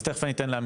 אז תכף אני אתן לך,